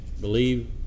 believe